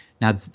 Now